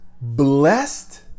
blessed